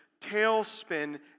tailspin